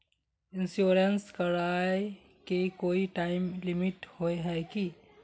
Insurance कराए के कोई टाइम लिमिट होय है की?